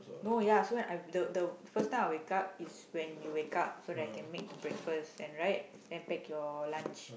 no ya so when I the the first time I wake up is when you wake up so I can make the breakfast and right and pack your lunch